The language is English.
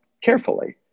carefully